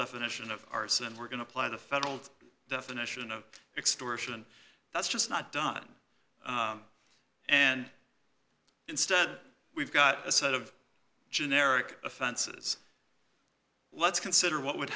definition of arson we're going to apply the federal definition of extortion that's just not done and instead we've got a set of generic offenses let's consider what would